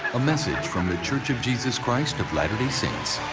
a message from the church of jesus christ of latter day saints.